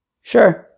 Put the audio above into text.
Sure